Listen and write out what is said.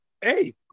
hey